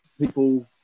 people